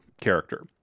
character